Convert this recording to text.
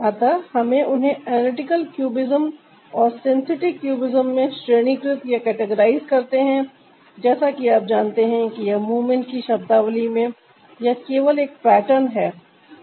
अतः हम उन्हें एनालिटिकल क्यूबिज्म और सिंथेटिक कुबिज्म में श्रेणीकृत करते हैं जैसा कि आप जानते हैं कि यह मूवमेंट की शब्दावली में यह केवल एक पैटर्न है